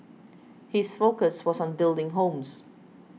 his focus was on building homes